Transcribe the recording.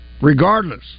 regardless